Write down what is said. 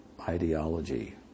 ideology